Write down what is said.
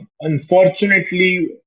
unfortunately